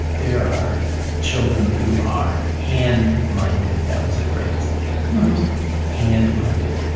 there are children who are hand minded. that was a phrase that they used hand minded.